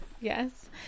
yes